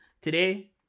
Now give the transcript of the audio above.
today